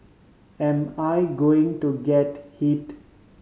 am I going to get hit